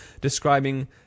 describing